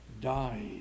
died